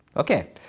okay.